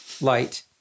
Light